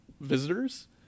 visitors